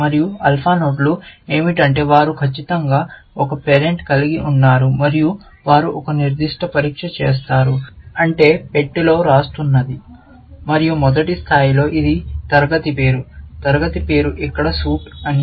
మరియు ఆల్ఫా నోడ్లు ఏమిటంటే వారు ఖచ్చితంగా ఒక పేరెంట్ కలిగి ఉన్నారు మరియు వారు ఒక నిర్దిష్ట పరీక్ష చేస్తారు మరియు పరీక్ష అంటే మనం పెట్టెలో వ్రాస్తున్నది మరియు మొదటి స్థాయిలో ఇది తరగతి పేరు తరగతి పేరు ఇక్కడ సూట్ అని